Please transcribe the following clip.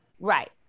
Right